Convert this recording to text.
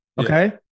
okay